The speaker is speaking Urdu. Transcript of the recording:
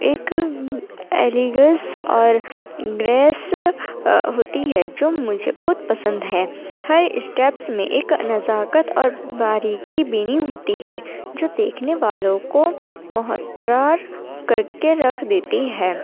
ایک الیگنس اور ڈریس ہوتی ہے جو مجھے بہت پسند ہے ہر اسٹیپس میں ایک نزاکت اور باریکی بینی ہوتی ہے جو دیکھنے والوں کو محترار کرکے رکھ دیتی ہے